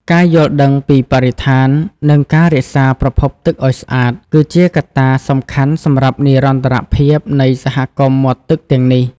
ការយល់ដឹងពីបរិស្ថាន និងការរក្សាប្រភពទឹកឱ្យស្អាត គឺជាកត្តាសំខាន់សម្រាប់និរន្តរភាពនៃសហគមន៍មាត់ទឹកទាំងនេះ។